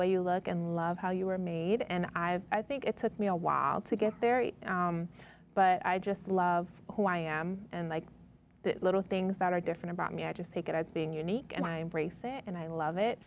way you look and love how you were made and i have i think it took me a while to get there but i just love who i am and like the little things that are different about me i just take it as being unique and i race it